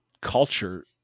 culture